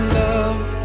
love